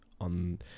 on